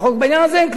בעניין הזה אין כלום.